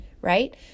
right